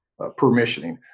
permissioning